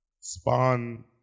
Spawn